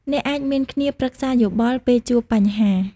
អ្នកអាច មានគ្នាប្រឹក្សាយោបល់ ពេលជួបបញ្ហា។